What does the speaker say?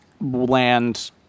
land